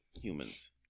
humans